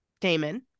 Damon